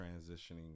transitioning